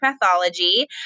pathology